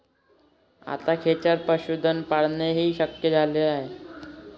आता खेचर पशुधन पाळणेही शक्य झाले आहे